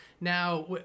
Now